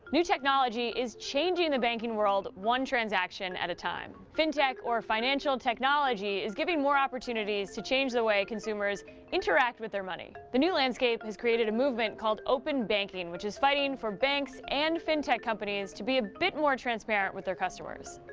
new technology is changing the banking world one transaction at a time. fintech or financial technology is giving more opportunities to change the way consumers interact with their money. the new landscape has created a movement called open banking, which is fighting for banks and fintech companies to be a bit more transparent with their customers.